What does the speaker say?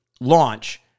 launch